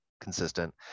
consistent